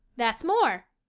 that's more.